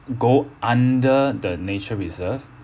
go under the nature reserve